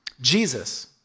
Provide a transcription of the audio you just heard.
Jesus